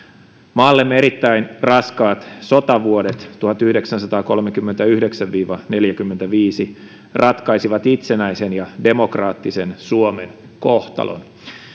maallemme erittäin raskaat sotavuodet tuhatyhdeksänsataakolmekymmentäyhdeksän viiva neljäkymmentäviisi ratkaisivat itsenäisen ja demokraattisen suomen kohtalon